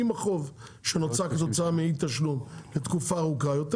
עם החוב שנוצר כתוצאה מאי תשלום לתקופה ארוכה יותר